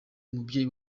umubyeyi